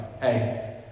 Hey